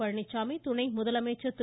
பழனிச்சாமி துணை முதலமைச்சர் திரு